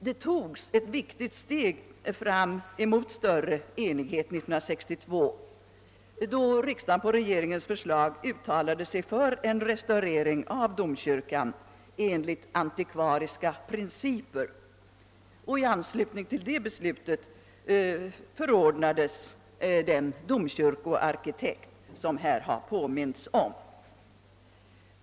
"Det togs ett viktigt steg fram mot stör re enighet 1962, då riksdagen på regeringens förslag uttalade sig för en restaurering av domkyrkan enligt antikvariska principer. I anslutning till det beslutet förordnades den domkyrkoarkitekt som här nämnts.